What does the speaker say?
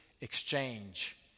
exchange